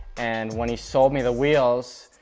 and when he sold me the wheels,